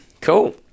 Cool